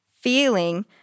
feeling